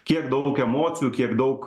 kiek daug emocijų kiek daug